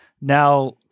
now